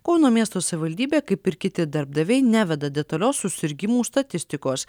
kauno miesto savivaldybė kaip ir kiti darbdaviai neveda detalios susirgimų statistikos